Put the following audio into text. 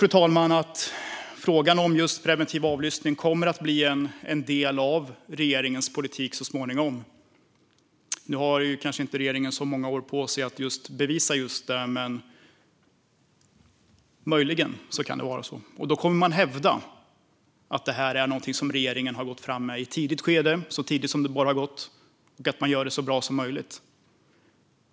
Jag tror att frågan om just preventiv avlyssning så småningom kommer att bli en del av regeringens politik. Nu har kanske inte regeringen så många år på sig att bevisa just det, men det kan möjligen vara så. Och då kommer man att hävda att det här är någonting som regeringen har gått fram med så tidigt som det bara har gått och att man gör det så bra som möjligt.